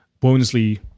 bonusly